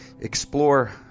explore